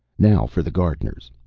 now for the gardeners.